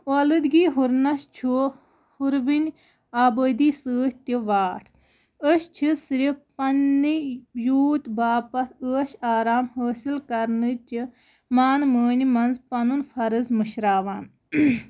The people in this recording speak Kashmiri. اولوٗدگی ہُرنَس چھُ ہُروٕنۍ آبٲدی سۭتۍ تہِ واٹھ أسۍ چھِ صرف پنٛنٕے یوٗت باپَتھ عٲش آرام حٲصِل کَرنہٕ چہِ مان مٲنۍ منٛز پَنُن فرض مٔشراوان